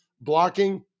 blocking